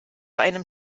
einem